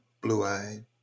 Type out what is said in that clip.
blue-eyed